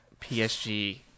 PSG